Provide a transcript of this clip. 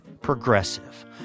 Progressive